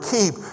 keep